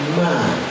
man